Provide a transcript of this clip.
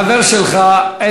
החבר שלך,